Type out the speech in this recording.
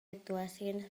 actuacions